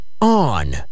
on